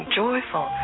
joyful